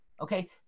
Okay